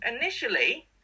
Initially